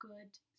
good